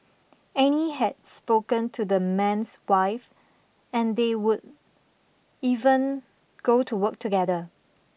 Annie had spoken to the man's wife and they would even go to work together